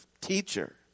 teacher